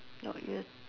no y~